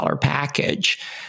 package